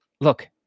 look